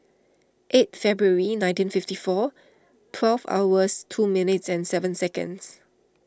eight February nineteen fifty four twelve hours two minutes and seven seconds